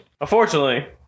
Unfortunately